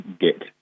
get